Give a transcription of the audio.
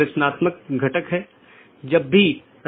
संदेश भेजे जाने के बाद BGP ट्रांसपोर्ट कनेक्शन बंद हो जाता है